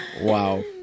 Wow